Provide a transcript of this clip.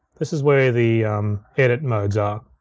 this is where the edit modes are.